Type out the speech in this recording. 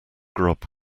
grub